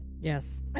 Yes